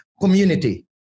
community